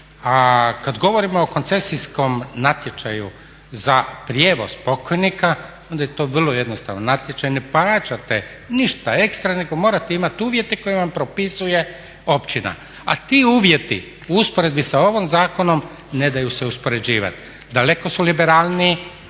kad govorimo o koncesijskom natječaju za prijevoz pokojnika onda je to vrlo jednostavan natječaj ne plaćate ništa ekstra nego morate imati uvjete koje vam propisuje općina. A ti uvjeti u usporedbi sa ovim zakonom ne daju se uspoređivati. Daleko su liberalniji,